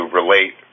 relate